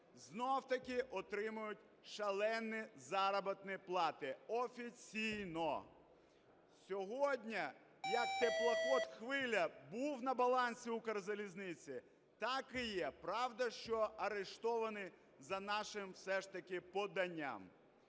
знову-таки отримують шалені заробітні плати офіційно. Сьогодні як теплохід "Хвиля" був на балансі Укрзалізниці, так і є, правда, що арештований за нашим все ж таки поданням.